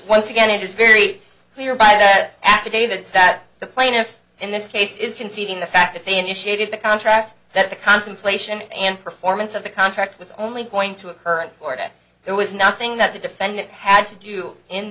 once again it is very clear by the affidavits that the plaintiff in this case is conceding the fact that they initiated the contract that the contemplation and performance of the contract was only going to occur in florida there was nothing that the defendant had to do in